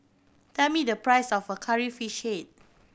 tell me the price of Curry Fish Head